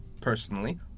personally